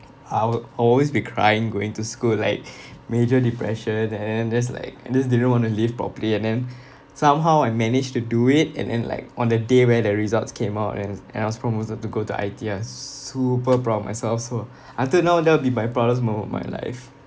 I will always be crying going to school like major depression and then just like I just didn't want to live properly and then somehow I managed to do it and then like on the day where the results came out and then and then I was promoted to go to I_T ah s~ super proud of myself so until now that'll be my proudest moment of my life